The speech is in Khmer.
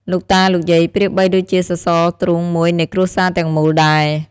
លោកតា លោកយាយប្រៀបបីបានដូចជាសសរទ្រូងមួយនៃគ្រួសារទាំងមូលដែរ។